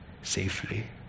safely